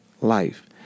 life